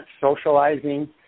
socializing